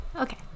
okay